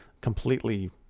completely